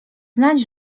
znać